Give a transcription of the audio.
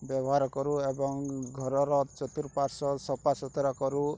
ବ୍ୟବହାର କରୁ ଏବଂ ଘରର ଚତୁଃପାର୍ଶ୍ଵ ସଫା ସୁତୁରା କରୁ